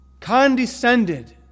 condescended